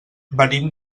venim